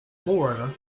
moreover